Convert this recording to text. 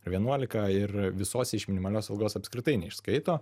ar vienuolika ir visose iš minimalios algos apskritai neišskaito